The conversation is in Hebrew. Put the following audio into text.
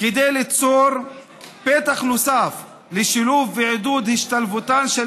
כדי ליצור פתח נוסף לשילוב ולעידוד השתלבותן של